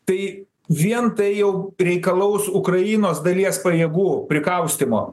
tai vien tai jau reikalaus ukrainos dalies pajėgų prikaustymo